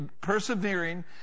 persevering